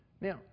Now